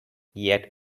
yet